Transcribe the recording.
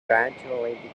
gradually